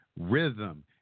Rhythm